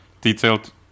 Detailed